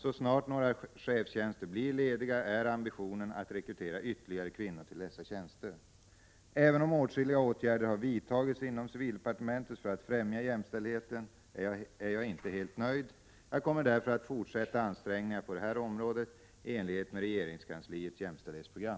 Så snart några chefstjänster blir lediga är ambitionen att rekrytera ytterligare kvinnor till dessa tjänster. Även om åtskilliga åtgärder har vidtagits inom civildepartementet för att främja jämställdheten är jag inte helt nöjd. Jag kommer därför att fortsätta ansträngningarna på det här området i enlighet med regeringskansliets jämställdhetsprogram.